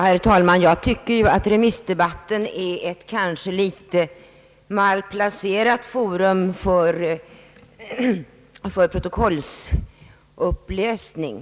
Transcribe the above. Herr talman! Jag tycker att remissdebatten är fel ställe för protokollsuppläsning.